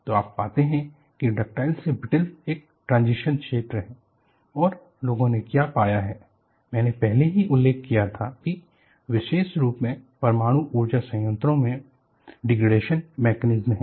तो आप पाते हैं कि डक्टाइल से ब्रिटल एक ट्रांजिशन क्षेत्र है और लोगों ने क्या पाया है मैंने पहले ही उल्लेख किया था कि विशेष रूप से परमाणु ऊर्जा संयंत्रों मे डिग्रडेशन मैकेनिज्म हैं